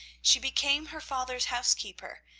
she became her father's housekeeper,